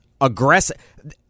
aggressive